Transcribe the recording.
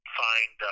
find